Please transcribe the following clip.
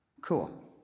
Cool